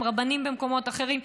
עם רבנים במקומות אחרים,